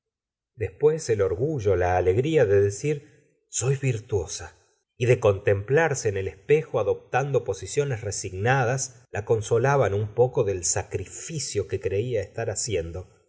después el orgullo la alegría de decir soy virtuosa y de contemplarse en el espejo adoptando posiciones resignadas la consolaban un poco del sacrificio que creía estar haciendo